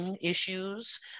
issues